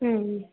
ਹਮ